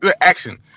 action